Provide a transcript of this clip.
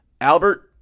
Albert